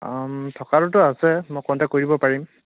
থকাতোটো আছে মই কণ্টেক্ট কৰিব পাৰিম